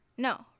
No